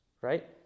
right